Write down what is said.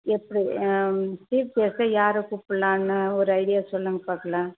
எப்படி சீஃப் கெஸ்ட்டை யாரை கூப்புடல்லான்னு ஒரு ஐடியா சொல்லுங்கள் பார்க்கலாம்